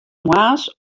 moarns